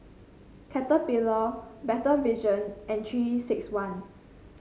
Caterpillar Better Vision and Three six one